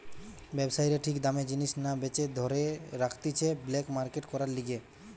ব্যবসায়ীরা ঠিক দামে জিনিস না বেচে ধরে রাখতিছে ব্ল্যাক মার্কেট করার লিগে